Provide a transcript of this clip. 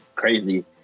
Crazy